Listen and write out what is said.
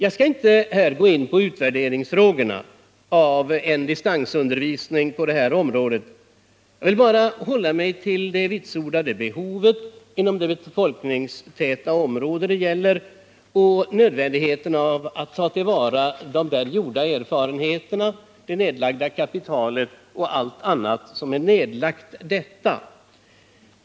Jag skall inte här gå in på utvärderingsfrågorna i det sammanhanget utan vill bara hålla mig till det vitsordade behovet inom det befolkningstäta område som det gäller liksom till nödvändigheten av att ta till vara de gjorda erfarenheterna och det kapital m.m. som är nedlagt i den aktuella kursverksamheten.